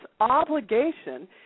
obligation